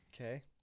Okay